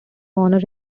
honor